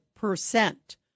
percent